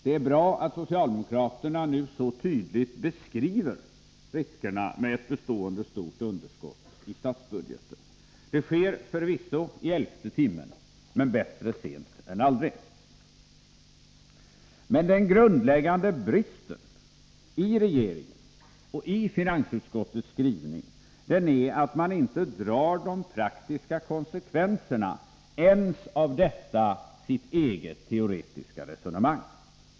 Det är bra att socialdemokraterna nu så tydligt beskriver riskerna med ett bestående stort underskott i statsbudgeten. Det sker förvisso i elfte timmen — men bättre sent än aldrig. Den grundläggande bristen i regeringens och finansutskottets skrivning är emellertid att man inte drar de praktiska konsekvenserna ens av detta sitt eget teoretiska resonemang.